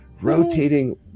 rotating